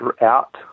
out